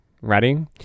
Ready